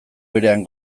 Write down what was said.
berean